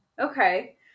Okay